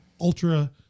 ultra